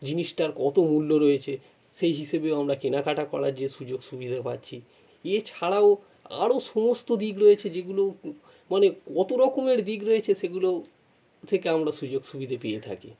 জিনিসটার কত মূল্য রয়েছে সেই হিসেবে আমরা কেনাকাটা করার যে সুযোগ সুবিধা পাচ্ছি এছাড়াও আরও সমস্ত দিক রয়েছে যেগুলো মানে কত রকমের দিক রয়েছে সেগুলো থেকে আমরা সুযোগ সুবিধে পেয়ে থাকি